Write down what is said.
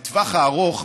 לטווח הארוך,